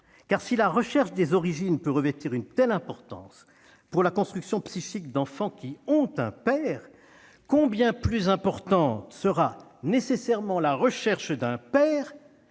si la recherche des origines peut revêtir une telle importance pour la construction psychique d'enfants qui ont un père, combien plus importante sera nécessairement la recherche d'un père